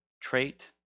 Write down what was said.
trait